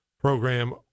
program